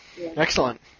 Excellent